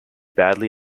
badly